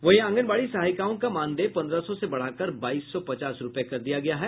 वहीं आंगनबाड़ी सहायिकाओं का मानदेय पंद्रह सौ से बढ़ाकर बाईस सौ पचास रूपये कर दिया गया है